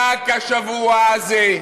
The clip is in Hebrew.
רק השבוע הזה,